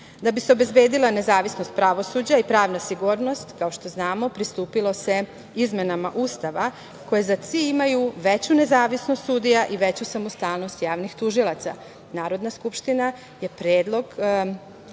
Da bi se obezbedila nezavisnost pravosuđa i pravna sigurnost, kao što znamo, pristupilo se izmenama Ustava koje za cilj imaju veću nezavisnost sudija i veću samostalnost javnih tužilaca. Narodna skupština je predlog